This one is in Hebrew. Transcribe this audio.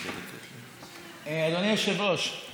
אדוני היושב-ראש,